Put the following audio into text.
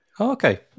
Okay